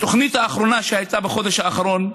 התוכנית האחרונה, שהייתה בחודש האחרון,